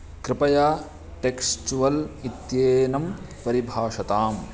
कृपया टेक्स्चुवल् इत्येनं परिभाषताम्